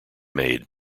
made